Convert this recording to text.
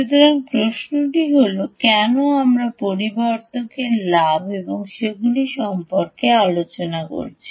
সুতরাং প্রশ্নটি হল কেন আমরা পরিবর্ধক লাভ এবং সেগুলি সম্পর্কে আলোচনা করছি